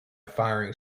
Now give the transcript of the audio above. firing